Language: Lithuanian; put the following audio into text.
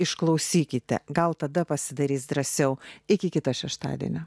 išklausykite gal tada pasidarys drąsiau iki kito šeštadienio